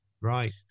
Right